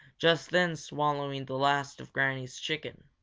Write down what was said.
just then swallowing the last of granny's chicken.